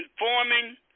informing